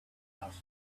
asked